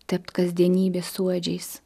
tept kasdienybės suodžiais